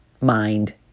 Mind